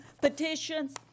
petitions